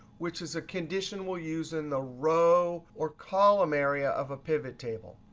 which is a condition we'll use in the row or column area of a pivot table.